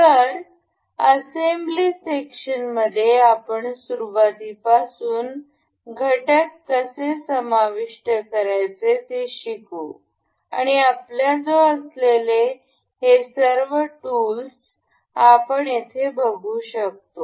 तर असेंब्ली सेक्शनमध्ये आपण सुरुवाती पासून घटक कसे समाविष्ट करायचे ते शिकू आणि आपल्या जवळ असलेले हे सर्व टूल्स आपण येथे बघू शकतो